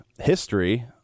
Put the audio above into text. history